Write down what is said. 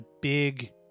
big